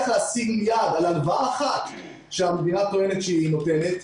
הצליח להשיג נייר על הלוואה אחת שהמדינה טוענת שהיא נותנת,